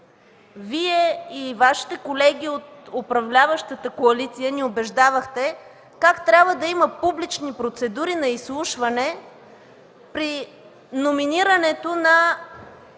Вие и Вашите колеги от управляващата коалиция ни убеждавахте как трябва да има публични процедури на изслушване при номинирането на